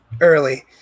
early